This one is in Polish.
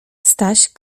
staś